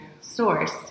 source